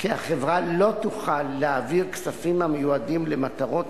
כי החברה לא תוכל להעביר כספים המיועדים למטרות